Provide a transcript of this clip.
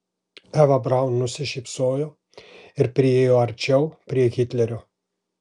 eva braun nusišypsojo ir priėjo arčiau prie hitlerio